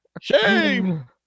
shame